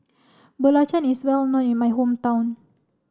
Belacan is well known in my hometown